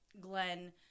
glenn